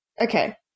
Okay